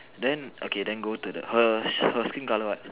then okay then go to her her skin colour what